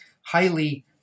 highly